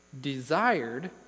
Desired